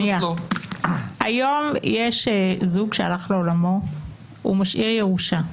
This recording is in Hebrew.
היום יש זוג שהלך לעולמו והשאיר ירושה.